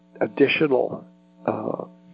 additional